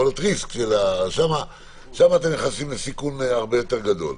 שם הסיכון הרבה יותר גדול.